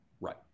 right